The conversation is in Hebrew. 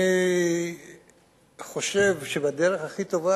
אני חושב שהדרך הכי טובה